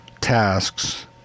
tasks